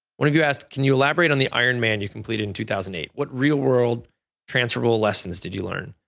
one of you asked, can you elaborate on the ironman you completed in two thousand and eight? what real world transferable lessons did you learn?